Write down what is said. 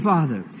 Father